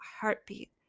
heartbeat